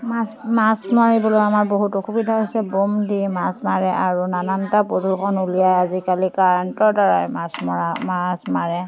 মাছ মাছ মাৰিবলৈ আমাৰ বহুত অসুবিধা হৈছে বম দি মাছ মাৰে আৰু নানানটা প্ৰদূষণ উলিয়াই আজিকালি কাৰেণ্টৰ দ্বাৰাই মাছ মাৰা মাছ মাৰে